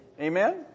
Amen